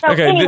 Okay